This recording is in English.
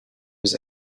was